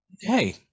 Hey